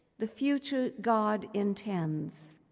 the future god intends,